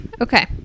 Okay